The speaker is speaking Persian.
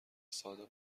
صادق